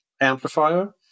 amplifier